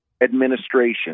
administration